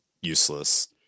useless